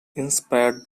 inspired